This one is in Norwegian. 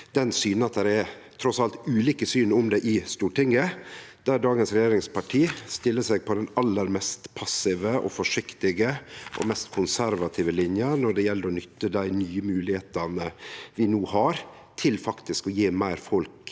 syner at det trass alt er ulike syn på dette i Stortinget, der dagens regjeringsparti stiller seg på den aller mest passive, forsiktige og mest konservative linja når det gjeld å nytte dei nye moglegheitene vi no har til å gje folk